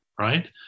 right